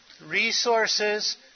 resources